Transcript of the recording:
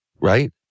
right